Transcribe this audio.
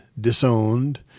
disowned